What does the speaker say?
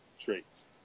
traits